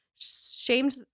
shamed